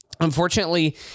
unfortunately